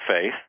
faith